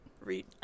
read